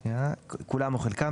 כולם או חלקם,